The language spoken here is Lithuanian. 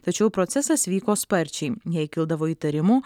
tačiau procesas vyko sparčiai jei kildavo įtarimų